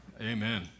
Amen